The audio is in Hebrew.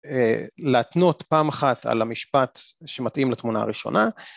להתנות פעם אחת על המשפט שמתאים לתמונה הראשונה..